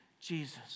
Jesus